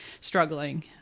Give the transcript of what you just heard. struggling